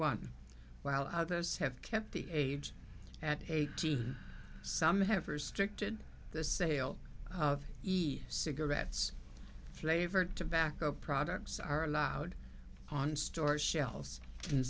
one while others have kept the age at eighty some have are strict in the sale of e cigarettes flavored tobacco products are allowed on store shelves in